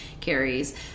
carries